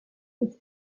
its